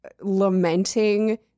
lamenting